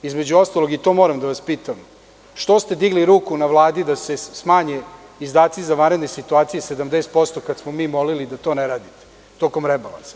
Između ostalog i to moram da vam pitam – što ste digli ruku na Vladi da se smanje izdaci za vanredne situacije 70% kad smo mi molili da to ne radite, tokom rebalansa?